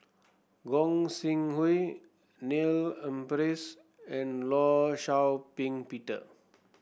Gog Sing Hooi Neil Humphreys and Law Shau Ping Peter